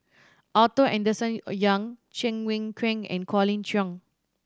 Arthur Henderson Young Cheng Wai Keung and Colin Cheong